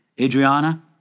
Adriana